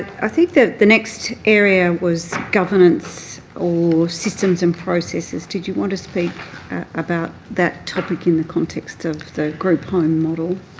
think the the next area was governance or systems and processes. did you want to speak about that topic in the context of the group home model?